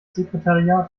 sekretariat